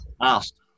asked